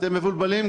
אתם מבולבלים,